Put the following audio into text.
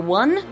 one